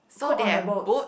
cook on the boats